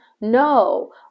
No